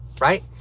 Right